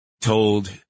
told